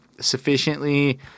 sufficiently